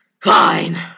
fine